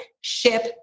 ship